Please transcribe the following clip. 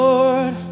Lord